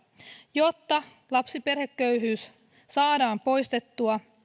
jotta lapsiperheköyhyys saadaan poistettua